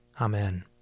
Amen